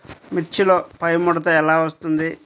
మిర్చిలో పైముడత ఎలా వస్తుంది?